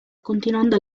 continuando